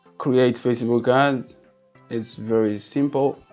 create facebook cards it's very simple.